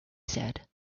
said